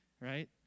right